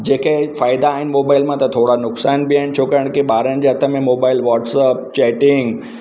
जेके फ़ाइदा आहिनि मोबाइल मां त थोरा नुक़सान बि आहिनि छाकाणि जे ॿारनि जे हथ में मोबाइल व्हाट्सअप चैटिंग